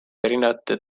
erinevate